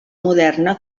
moderna